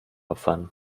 opfern